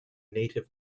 native